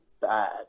bad